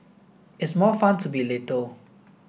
it's more fun to be little